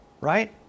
right